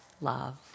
love